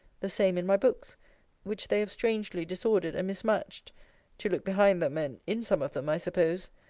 the same in my books which they have strangely disordered and mismatched to look behind them, and in some of them, i suppose.